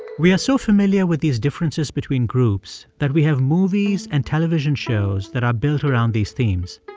we are so familiar with these differences between groups that we have movies and television shows that are built around these themes.